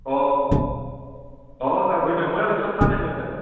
অঁ অঁ ছাৰ হয় দিয়ক মই আৰু এইবিলাক খোৱা নাই নহয় ছাৰ